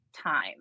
time